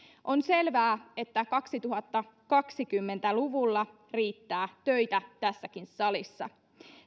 on selvää että kaksituhattakaksikymmentä luvulla riittää töitä tässäkin salissa